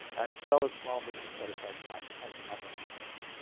as well as small business set-aside facts on um their website.